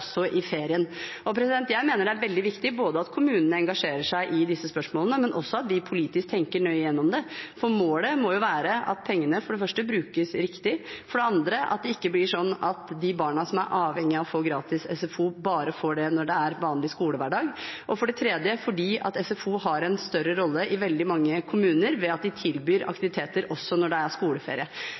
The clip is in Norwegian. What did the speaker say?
i ferien? Jeg mener det er veldig viktig både at kommunene engasjerer seg i disse spørsmålene, og at vi politisk tenker nøye gjennom det, for målet må være at pengene for det første brukes riktig, for det andre at det ikke blir slik at de barna som er avhengige av å få gratis SFO, bare får det når det er vanlig skolehverdag, og for det tredje har SFO en større rolle i veldig mange kommuner ved at de tilbyr aktiviteter også når det er skoleferie.